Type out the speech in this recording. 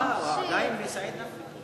אה, עדיין בסעיד נפאע?